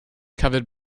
covered